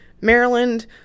Maryland